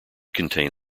contain